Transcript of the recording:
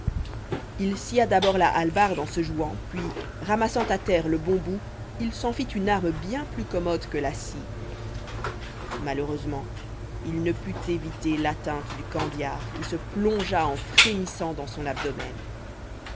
il scia d'abord la hallebarde en se jouant puis ramassant à terre le bon bout il s'en fit une arme bien plus commode que la scie malheureusement il ne put éviter l'atteinte du kandjiar qui se plongea en frémissant dans son abdomen